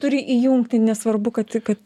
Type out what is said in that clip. turi įjungti nesvarbu kad kad